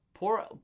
Poor